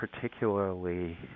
particularly